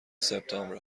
سپتامبر